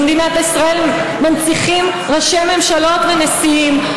במדינת ישראל מנציחים ראשי ממשלות ונשיאים,